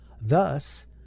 Thus